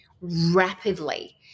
rapidly